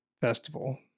Festival